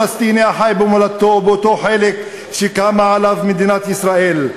בני העם הפלסטיני החי במולדתו באותו חלק שקמה עליו מדינת ישראל,